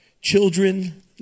children